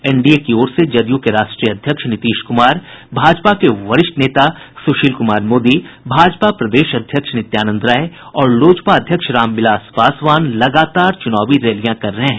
NDA की ओर से जदयू के राष्ट्रीय अध्यक्ष नीतीश कुमार भाजपा के वरिष्ठ नेता सुशील कुमार मोदी भाजपा प्रदेश अध्यक्ष नित्यानंद राय और लोजपा अध्यक्ष रामविलास पासवान लगातार चुनावी रैलियां कर रहे हैं